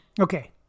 Okay